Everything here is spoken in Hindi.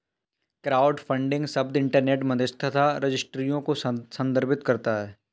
क्राउडफंडिंग शब्द इंटरनेट मध्यस्थता रजिस्ट्रियों को संदर्भित करता है